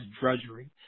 drudgery